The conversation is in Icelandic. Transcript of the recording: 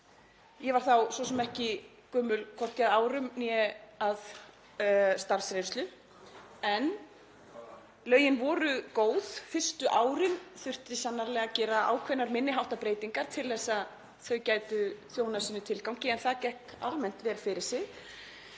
Ég var svo sem ekki gömul, hvorki að árum né starfsreynslu, en lögin voru góð. Fyrstu árin þurfti sannarlega að gera ákveðnar minni háttar breytingar til að þau gætu þjónað sínum tilgangi en það gekk almennt vel fyrir sig.